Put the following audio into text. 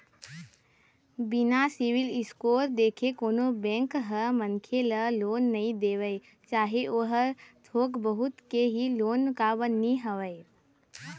बिना civil score देखे कोनो बेंक ह मनखे ल लोन नइ देवय चाहे ओहा थोक बहुत के ही लोन काबर नीं होवय